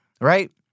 right